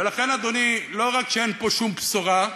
ולכן, אדוני, לא רק שאין פה שום בשורה,